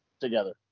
together